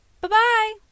Bye-bye